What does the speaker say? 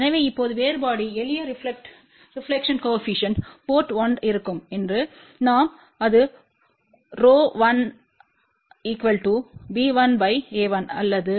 எனவே இப்போது வேறுபாடு எளிய ரெப்லக்டெட்ப்பு கோஏபிசிஎன்ட் போர்ட் 1 இருக்கும் என்று நாம் அதுΓ1b1a1அல்லதுΓ2